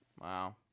Wow